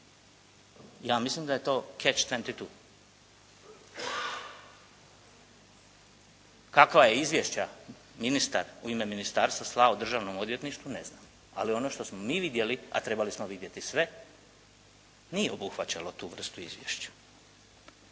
Ja mislim da je to "catch 22". Kakva je izvješća ministar u ime ministarstva slao Državnom odvjetništvu, ne znam, ali ono što smo mi vidjeli, a trebali smo vidjeti sve nije obuhvaćalo tu vrstu izvješća.